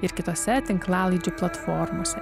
ir kitose tinklalaidžių platformose